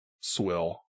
swill